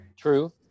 true